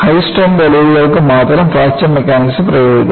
high strength അലോയ്കൾക്ക് മാത്രം fracture mechanics പ്രയോഗിക്കുന്നു